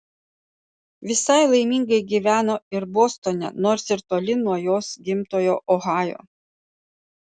visai laimingai gyveno ir bostone nors ir toli nuo jos gimtojo ohajo